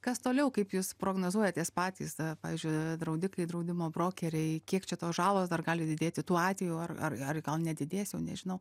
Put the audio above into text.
kas toliau kaip jūs prognozuojatės patys pavyzdžiui draudikai draudimo brokeriai kiek čia tos žalos dar gali didėti tuo atveju ar ar ar gal nedidės jau nežinau